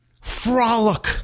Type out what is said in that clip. frolic